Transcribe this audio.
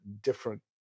different